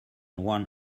one